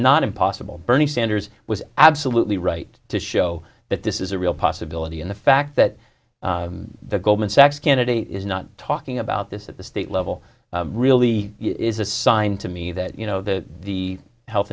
not impossible bernie sanders was absolutely right to show that this is a real possibility in the fact that the goldman sachs candidate is not talking about this at the state level really is a sign to me that you know the the health